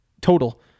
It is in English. total